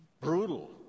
brutal